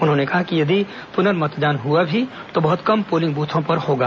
उन्होंने कहा कि यदि पुनर्मतदान हुआ भी तो बहुत कम पोलिंग बूथों पर होगा